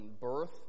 birth